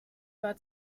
war